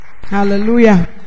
hallelujah